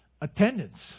Attendance